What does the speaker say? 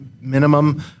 minimum